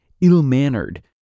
ill-mannered